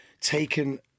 taken